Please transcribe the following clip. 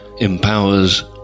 empowers